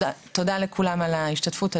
תודה לכולם על ההשתתפות.